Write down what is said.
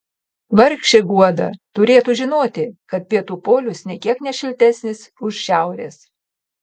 vargšė guoda turėtų žinoti kad pietų polius nė kiek ne šiltesnis už šiaurės